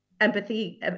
empathy